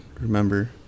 remember